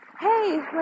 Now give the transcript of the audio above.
hey